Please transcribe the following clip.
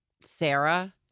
Sarah